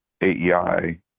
AEI